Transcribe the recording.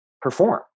perform